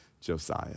Josiah